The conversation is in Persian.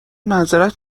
معذرت